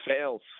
sales